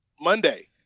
Monday